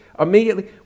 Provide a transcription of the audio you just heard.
immediately